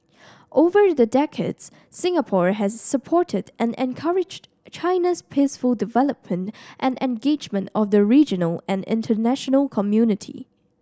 over the decades Singapore has supported and encouraged China's peaceful development and engagement of the regional and international community